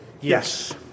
Yes